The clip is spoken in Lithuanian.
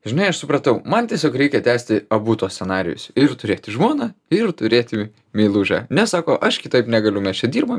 žinai aš supratau man tiesiog reikia tęsti abu tuos scenarijus ir turėti žmoną ir turėti meilužę nes sako aš kitaip negaliu mes čia dirbam